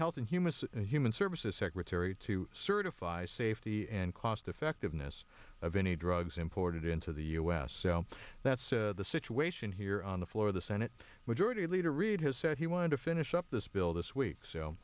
health and human and human services secretary to certify safety and cost effectiveness of any drugs imported into the u s so that's the situation here on the floor of the senate majority leader reid has said he wanted to finish up this bill this week so